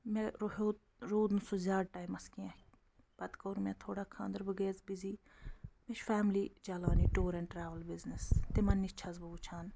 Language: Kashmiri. مےٚ ہیوٚت روٗد نہٕ سُہ زیادٕ ٹایمَس کیٚنہہ پتہٕ کوٚر مےٚ تھوڑا خانٛدَر بہٕ گٔیَس بِزی مےٚ چھِ فیملی چلان یہِ ٹوٗر اٮ۪ن ٹرٛیوٕل بِزنِس تِمَن نِش چھَس بہٕ وٕچھان